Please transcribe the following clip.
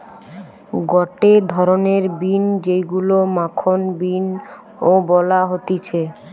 গটে ধরণের বিন যেইগুলো মাখন বিন ও বলা হতিছে